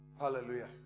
Hallelujah